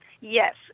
Yes